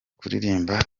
kuririmba